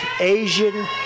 Asian